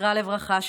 זכרה לברכה,